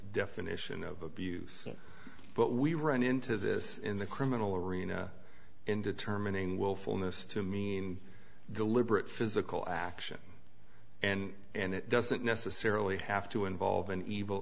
definition of abuse but we run into this in the criminal arena in determining willfulness to mean deliberate physical action and and it doesn't necessarily have to involve an evil